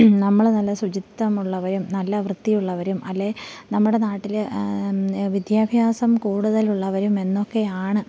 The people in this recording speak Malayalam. നമ്മൾ നല്ല ശുചിത്വമുള്ളവരും നല്ല വൃത്തിയുള്ളവരും അല്ലെങ്കിൽ നമ്മുടെ നാട്ടിൽ വിദ്യാഭ്യാസം കൂടുതലുള്ളവരും എന്നൊക്കെ ആണ്